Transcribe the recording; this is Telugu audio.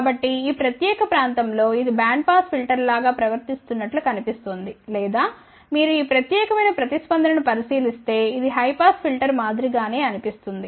కాబట్టి ఈ ప్రత్యేక ప్రాంతం లో ఇది బ్యాండ్ పాస్ ఫిల్టర్ లాగా ప్రవర్తిస్తున్నట్లు కనిపిస్తోంది లేదా మీరు ఈ ప్రత్యేకమైన ప్రతిస్పందన ను పరిశీలిస్తే ఇది హై పాస్ ఫిల్టర్ మాదిరి గానే అనిపిస్తుంది